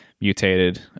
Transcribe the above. mutated